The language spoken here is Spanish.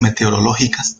meteorológicas